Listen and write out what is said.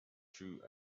drew